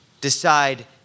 decide